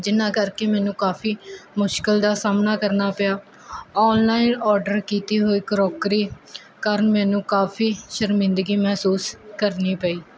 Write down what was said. ਜਿਹਨਾਂ ਕਰਕੇ ਮੈਨੂੰ ਕਾਫੀ ਮੁਸ਼ਕਿਲ ਦਾ ਸਾਹਮਣਾ ਕਰਨਾ ਪਿਆ ਆਨਲਾਈਨ ਆਰਡਰ ਕੀਤੀ ਹੋਈ ਕਰੋਕਰੀ ਕਾਰਨ ਮੈਨੂੰ ਕਾਫੀ ਸ਼ਰਮਿੰਦਗੀ ਮਹਿਸੂਸ ਕਰਨੀ ਪਈ